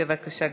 בבקשה,